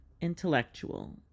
Intellectual